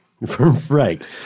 Right